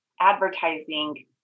advertising